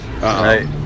right